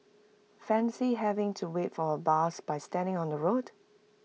fancy having to wait for A bus by standing on the road